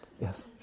Yes